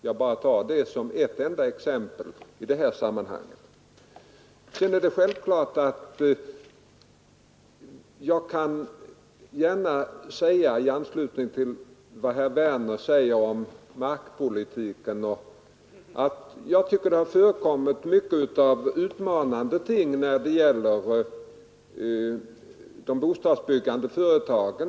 Jag bara tar det som ett enda exempel i detta sammanhang I anslutning till vad herr Werner yttrade om markpolitiken kan jag gärna säga att jag tycker det har förekommit många utmanande ting när det gäller en del bostadsbyggande företag.